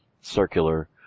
circular